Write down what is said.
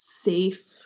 safe